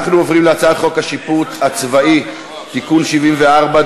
אנחנו עוברים להצעת חוק השיפוט הצבאי (תיקון מס' 74)